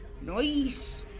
Nice